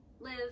live